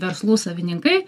verslų savininkai